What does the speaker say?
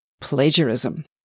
plagiarism